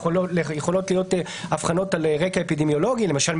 שיכולות להיות הבחנות על רקע אפידמיולוגי למשל,